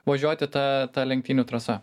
važiuoti ta ta lenktynių trasa